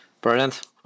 Brilliant